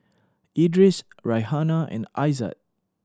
Idris Raihana and Aizat